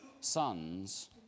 sons